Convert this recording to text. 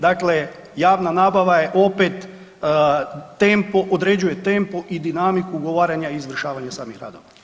Dakle, javna nabava je opet tempo, određuje tempo i dinamiku ugovaranja i izvršavanja samih radova.